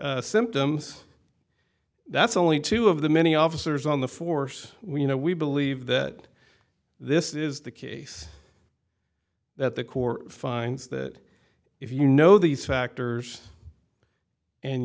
symptoms that's only two of the many officers on the force you know we believe that this is the case that the court finds that if you know these factors and